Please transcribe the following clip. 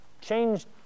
changed